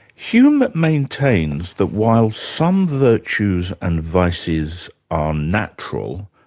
hume maintains that while some virtues and vices are natural,